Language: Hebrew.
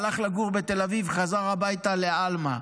הלך לגור בתל אביב, חזר הביתה לעלמה,